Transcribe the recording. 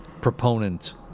proponent